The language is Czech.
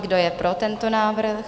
Kdo je pro tento návrh?